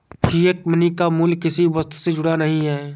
fiat money का मूल्य किसी वस्तु से जुड़ा नहीं है